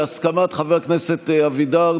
בהסכמת חבר הכנסת אבידר,